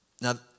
Now